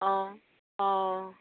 অঁ অঁ অঁ